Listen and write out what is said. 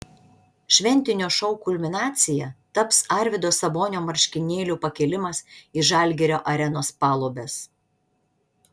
šventinio šou kulminacija taps arvydo sabonio marškinėlių pakėlimas į žalgirio arenos palubes